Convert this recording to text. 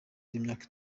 imyaka